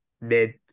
mid